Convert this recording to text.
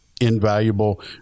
Invaluable